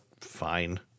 fine